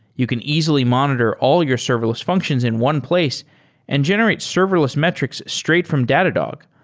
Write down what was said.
you can easily monitor all your serverless functions in one place and generate serverless metrics straight from datadog.